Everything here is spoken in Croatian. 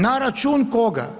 Na račun koga?